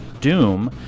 Doom